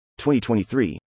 2023